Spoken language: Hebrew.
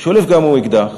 ושולף גם הוא אקדח